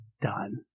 done